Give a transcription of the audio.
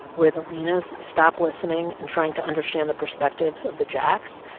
where the linas stop listening and trying to understand the perspectives of the jacks,